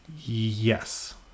Yes